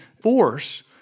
force